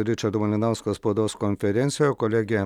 ričardo malinausko spaudos konferencijo kolegė